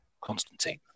Constantine